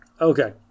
Okay